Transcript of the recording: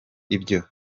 ibyo